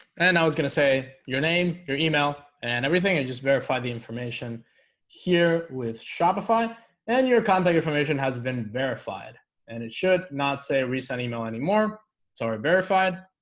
i was gonna say your name your email and everything and just verify the information here with shopify and your contact information has been verified and it should not say reset email anymore sorry verified